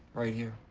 right here.